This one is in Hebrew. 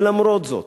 ולמרות זאת,